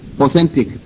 authentic